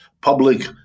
public